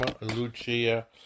Lucia